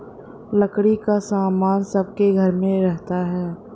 लकड़ी का सामान सबके घर में रहता है